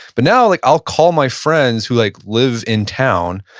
but now like i'll call my friends who like live in town,